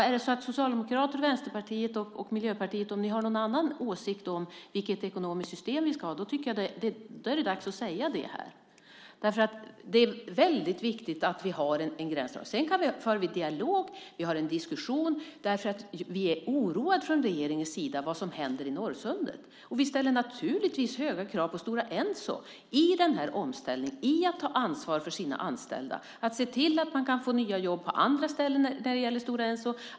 Är det så att Socialdemokraterna, Vänsterpartiet och Miljöpartiet har en annan åsikt om vilket ekonomiskt system vi ska ha är det dags att säga det här. Det är väldigt viktigt att vi har en gränsdragning. Sedan för vi en dialog. Vi har en diskussion därför att vi är oroade från regeringens sida över vad som händer i Norrsundet. Och vi ställer naturligtvis höga krav på Stora Enso i den här omställningen för att de ska ta ansvar för sina anställda och se till att de kan få nya jobb på andra ställen.